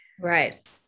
right